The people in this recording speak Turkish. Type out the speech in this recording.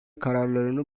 kararlarını